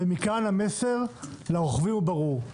ומכאן המסר לרוכבים הוא ברור,